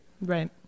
right